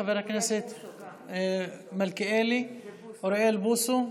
חבר הכנסת מלכיאלי, אוריאל בוסו,